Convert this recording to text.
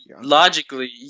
logically